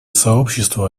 сообщество